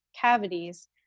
cavities